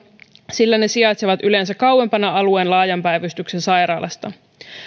sillä ne sijaitsevat yleensä kauempana alueen laajan päivystyksen sairaalasta